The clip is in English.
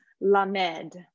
Lamed